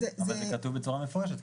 אבל זה כתוב בצורה מפורשת.